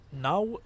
Now